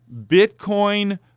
Bitcoin